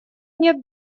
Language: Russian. нет